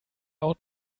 out